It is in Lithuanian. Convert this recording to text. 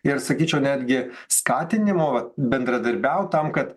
ir sakyčiau netgi skatinimo vat bendradarbiaut tam kad